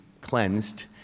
cleansed